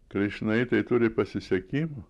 krišnaitai turi pasisekimą